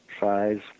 size